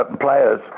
players